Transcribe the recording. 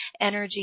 energy